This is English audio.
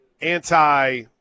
anti